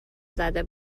زده